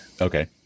Okay